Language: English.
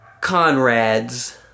Conrads